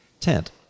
tent